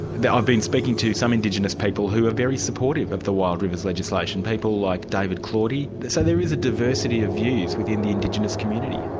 the day. i've been speaking to some indigenous people who are very supportive of the wild rivers legislation, people like david claudie, so there is a diversity of views within the indigenous community.